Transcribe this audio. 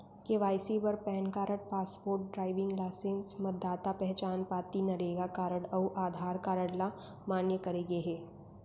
KYC बर PAN card, passport, driving licence, मतदाता पहचान पाती, नरेगा कारड अउ आधार कारड ल मान्य करे गे हे